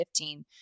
15